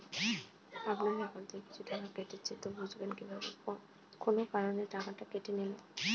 আপনার একাউন্ট থেকে কিছু টাকা কেটেছে তো বুঝবেন কিভাবে কোন কারণে টাকাটা কেটে নিল?